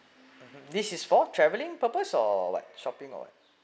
this is for travelling purpose or what shopping or what